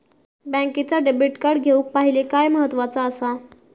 बँकेचा debit card घेउक पाहिले काय महत्वाचा असा?